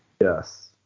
Yes